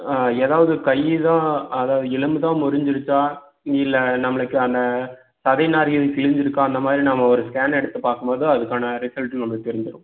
எதாவது கை தான் அதாவது எலும்பு தான் முறிஞ்சுருச்சா இல்லை நம்மளுக்கான சதை நார்கள் கிழிஞ்சுருக்கா அந்தமாதிரி நாம் ஒரு ஸ்கேன் எடுத்துப் பார்க்கும் போது அதுக்கான ரிசல்ட்டு நம்மளுக்கு தெரியும்